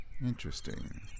interesting